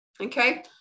Okay